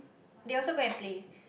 they also go and play